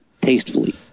tastefully